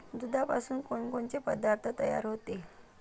दुधापासून कोनकोनचे पदार्थ तयार होते?